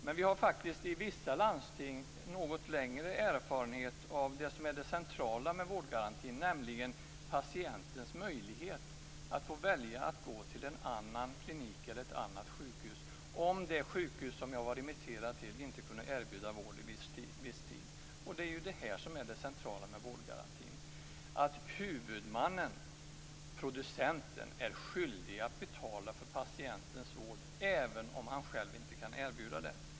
Men vi har faktiskt i vissa landsting något längre erfarenhet av det som är det centrala i vårdgarantin, nämligen patientens möjlighet att välja att gå till en annan klinik eller ett annat sjukhus om det sjukhus som han var remitterad till inte kunde erbjuda vård i viss tid. Det är det här som är det centrala i vårdgarantin, dvs. att huvudmannen, producenten, är skyldig att betala för patientens vård även om han själv inte kan erbjuda den.